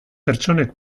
pertsonek